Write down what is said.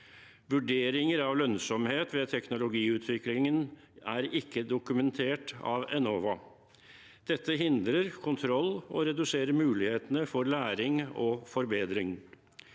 Vurderinger av lønnsomhet ved teknologiutviklingen er ikke dokumentert av Enova. Dette hindrer kontroll og reduserer mulighetene for læring og forbedring.